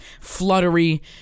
fluttery